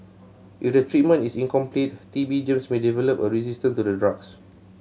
if the treatment is incomplete T B germs may develop a resistance to the drugs